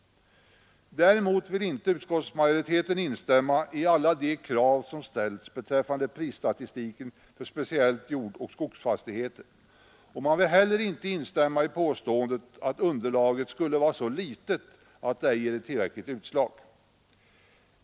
Däremot vill utskottsmajoriteten inte instämma i alla de krav som ställs beträffande prisstatistiken för speciellt jordbruksoch skogsfastigheter, och man vill heller inte instämma i påståendet, att underlaget skulle vara så litet att det ej ger tillräckliga utslag.